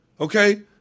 okay